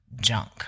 Junk